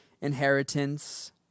inheritance